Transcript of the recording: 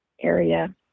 area